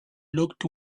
looked